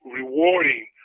rewarding